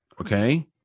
Okay